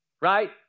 right